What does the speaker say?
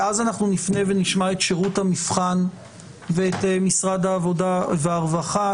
ואז אנחנו נפנה ונשמע את שירות המבחן ואת משרד העבודה והרווחה,